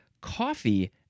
coffee